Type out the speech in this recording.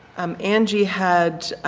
um angie had